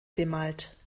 bemalt